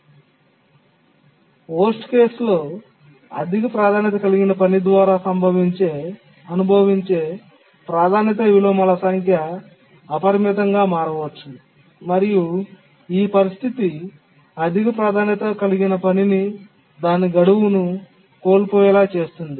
చెత్త సందర్భంలో అధిక ప్రాధాన్యత కలిగిన పని ద్వారా అనుభవించే ప్రాధాన్యత విలోమాల సంఖ్య అపరిమితంగా మారవచ్చు మరియు ఈ పరిస్థితి అధిక ప్రాధాన్యత కలిగిన పనిని దాని గడువును కోల్పోయేలా చేస్తుంది